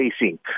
facing